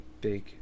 big